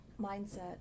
mindset